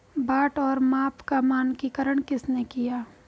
बाट और माप का मानकीकरण किसने किया?